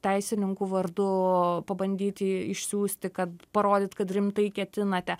teisininkų vardu pabandyti išsiųsti kad parodyt kad rimtai ketinate